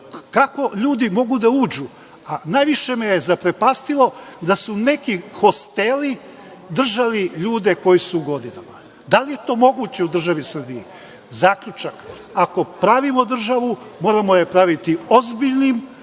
Kako ljudi mogu da uđu? Najviše me je zaprepastilo da su neki hosteli držali ljude koji su u godinama. Da li je to moguće u državi Srbiji? Zaključak, ako pravimo državu, moramo je praviti ozbiljnom,